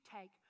take